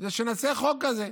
זה שנעשה חוק כזה.